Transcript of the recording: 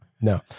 No